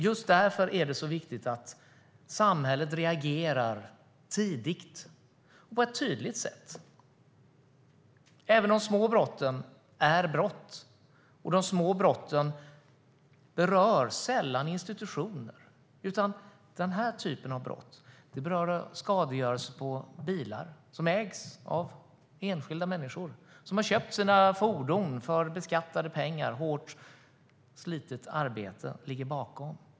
Just därför är det så viktigt att samhället reagerar tidigt på ett tydligt sätt. Även de små brotten är brott, och de små brotten berör sällan institutioner. Den här typen av brott handlar till exempel om skadegörelse på bilar som ägs av enskilda människor. De har köpt sina fordon för beskattade pengar. Hårt och slitsamt arbete ligger bakom.